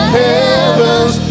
heavens